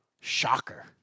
Shocker